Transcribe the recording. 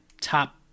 top